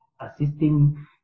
assisting